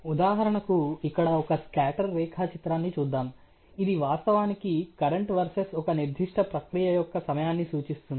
ఉదాహరణకు ఇక్కడ ఒక స్కాటర్ రేఖాచిత్రాన్ని చూద్దాం ఇది వాస్తవానికి కరెంట్ వర్సెస్ ఒక నిర్దిష్ట ప్రక్రియ యొక్క సమయాన్ని సూచిస్తుంది